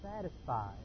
satisfied